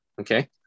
okay